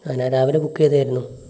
ആ ഞാൻ രാവിലെ ബുക്ക് ചെയ്തത് ആയിരുന്നു